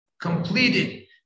completed